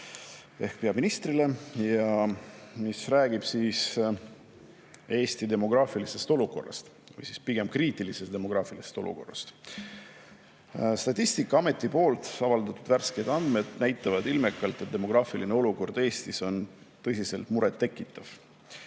ehk peaministrile. [Arupärimine] räägib Eesti demograafilisest olukorrast või pigem kriitilisest demograafilisest olukorrast. Statistikaameti avaldatud värsked andmed näitavad ilmekalt, et demograafiline olukord Eestis on tõsiselt murettekitav.